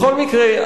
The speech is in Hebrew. בכל מקרה,